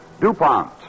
DuPont